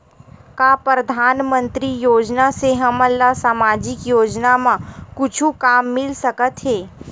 का परधानमंतरी योजना से हमन ला सामजिक योजना मा कुछु काम मिल सकत हे?